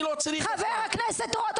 אני לא צריך את ה --- חבר הכנסת רוט,